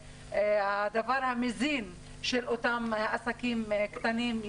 שמזינה את אותם עסקים קטנים,